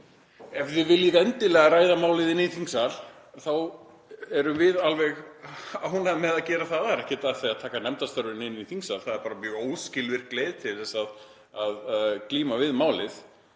Ef þið viljið endilega ræða málið í þingsal þá erum við alveg ánægð með að gera það. Það er ekkert að því að taka nefndastörfin inn í þingsal. Það er bara mjög óskilvirk leið til að glíma við málið.